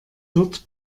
wird